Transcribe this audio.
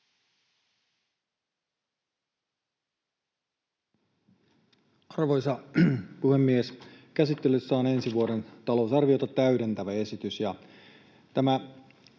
Arvoisa puhemies! Käsittelyssä on ensi vuoden talousarviota täydentävä esitys.